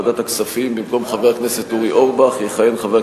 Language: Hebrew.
בוועדת הכספים,